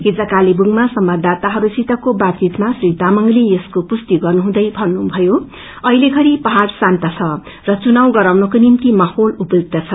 हिज कालुवुङमा संवाददाताहरूसितको बातचितमा श्री तामंगले यसको पुष्टी गर्नुहुँदै भन्नुभयो अहिलेषरी पाहाड़ शान्त छ र चुनाव गराउनको निम्त माहौल उपयुक्त छ